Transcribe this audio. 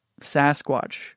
Sasquatch